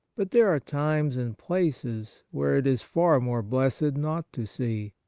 but there are times and places where it is far more blessed not to see.